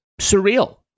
surreal